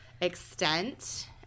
Extent